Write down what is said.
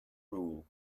rule